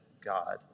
God